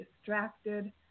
distracted